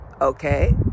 okay